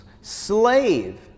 Slave